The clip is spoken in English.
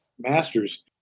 master's